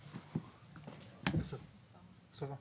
עשרה